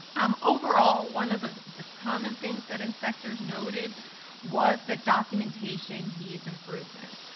um overall, one of the the common things that inspectors noted was the documentation needs improvement.